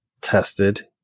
tested